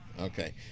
Okay